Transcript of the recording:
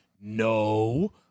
No